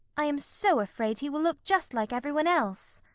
i am so afraid he will look just like every one else.